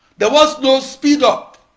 there was no speedup